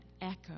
echo